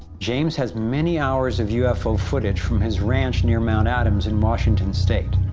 james has many hours of ufo footage from his ranch near mt. adams in washington state.